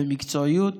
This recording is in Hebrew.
במקצועיות